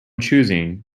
choosing